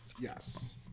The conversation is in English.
yes